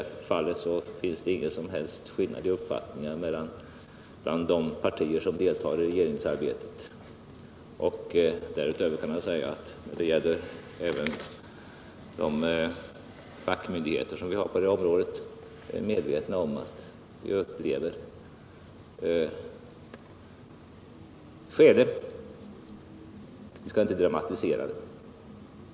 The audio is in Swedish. I det fallet finns det ingen som helst skillnad i uppfattning bland de partier som deltar i regeringsarbetet. Därutöver är även fackmyndigheterna på det området medvetna om att vi upplever ett sådant skede, men vi skall inte dramatisera det.